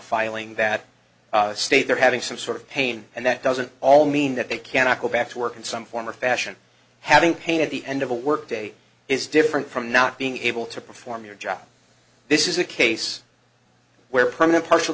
filing that state they're having some sort of pain and that doesn't all mean that they cannot go back to work in some form or fashion having pain at the end of a work day is different from not being able to perform your job this is a case where permanent partial